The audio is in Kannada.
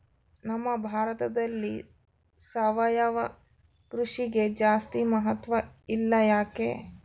ನಮ್ಮ ಭಾರತದಲ್ಲಿ ಸಾವಯವ ಕೃಷಿಗೆ ಜಾಸ್ತಿ ಮಹತ್ವ ಇಲ್ಲ ಯಾಕೆ?